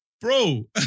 bro